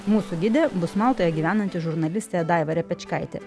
mūsų gidė bus maltoje gyvenanti žurnalistė daiva repečkaitė